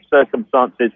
circumstances